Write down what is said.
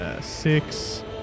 Six